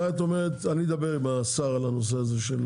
אני אדבר עם השר על הנושא הזה של